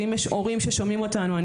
ואם יש הורים ששומעים אותנו,